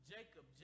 Jacob